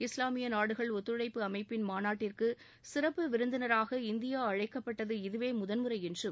இஸ்லாமிய நாடுகள் ஒத்துழைப்பு அமைப்பின் மாநாட்டிற்கு சிறப்பு விருந்தினராக இந்தியா அழைக்கப்பட்டது இதுவே முதல் முறை என்றும்